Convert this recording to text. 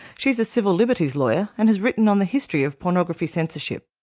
she's a civil liberties lawyer and has written on the history of pornography censorship.